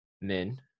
men